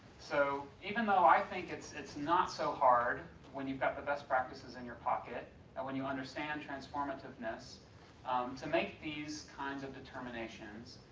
so, even though i think it's it's not so hard when you've got the best practices in your pocket and when you understand transformative-ness to make these kinds of determinations,